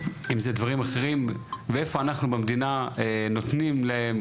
אם זה דברים אחרים ואיפה אנחנו במדינה נותנים להם,